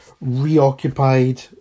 reoccupied